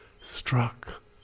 Struck